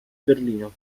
berlino